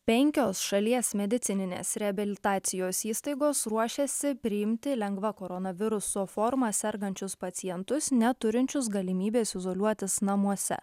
penkios šalies medicininės reabilitacijos įstaigos ruošiasi priimti lengva koronaviruso forma sergančius pacientus neturinčius galimybės izoliuotis namuose